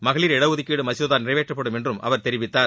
மகளிர் இடஒதுக்கீடு மசோதா நிறைவேற்றப்படும் என்றும் அவர் தெரிவித்தார்